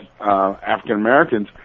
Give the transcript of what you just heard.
african-americans